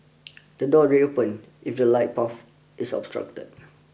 the doors reopen if the light path is obstructed